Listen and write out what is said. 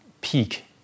peak